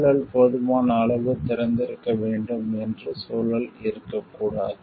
சூழல் போதுமான அளவு திறந்திருக்க வேண்டும் என்று சூழல் இருக்கக்கூடாது